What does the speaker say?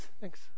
thanks